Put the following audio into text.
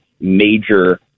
major